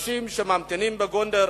ואנשים שממתינים בגונדר,